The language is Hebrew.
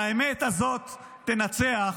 האמת הזאת תנצח,